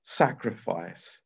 sacrifice